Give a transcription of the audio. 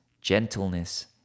gentleness